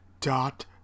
dot